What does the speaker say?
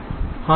हाँ या ना